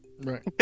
right